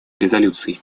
резолюций